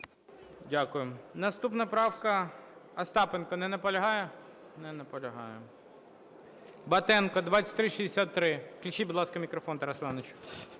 Дякую. Наступна правка Остапенка. Не наполягає? Не наполягає. Батенко, 2363. Включіть, будь ласка, мікрофон Тарасу Івановичу.